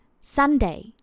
Sunday